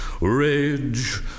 Rage